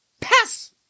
pass